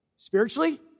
Spiritually